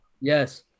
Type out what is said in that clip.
Yes